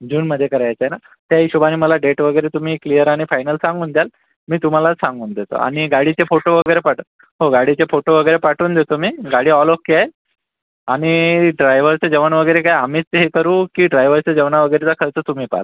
जूनमध्ये करायचं आहे नं त्या हिशोबाने मला डेट वगैरे तुम्ही क्लिअर आणि फायनल सांगून द्याल मी तुम्हाला सांगून देतो आणि गाडीचे फोटो वगैरे पाठ हो गाडीचे फोटो वगैरे पाठवून देतो मी गाडी ऑल ओके आहे आणि ड्रायव्हरचं जेवण वगैरे काय आम्हीच पे करू की ड्रायव्हरच्या जेवणावगैरेचा खर्च तुम्ही पाहाल